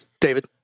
David